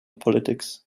politics